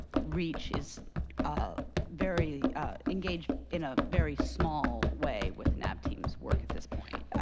reach is ah very engaged in a very small way with the nav team's work at this point.